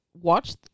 watch